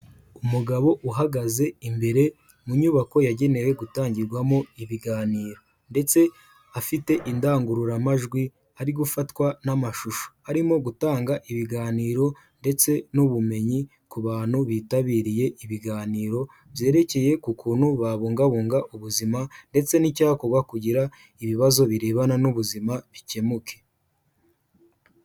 Umugabo uhagaze imbere mu nyubako yagenewe gutangirwamo ibiganiro, ndetse afite indangururamajwi ari gufatwa n'amashusho, harimo gutanga ibiganiro ndetse n'ubumenyi ku bantu bitabiriye ibiganiro byerekeye ku kuntu babungabunga ubuzima ndetse n'icyakorwa kugira ibibazo birebana n'ubuzima bikemuke.